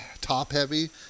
top-heavy